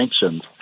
sanctions